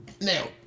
Now